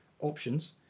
options